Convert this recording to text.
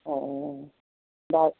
অ বাৰু